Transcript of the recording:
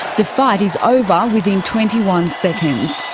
the fight is over within twenty one seconds.